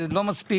אבל זה לא מספיק.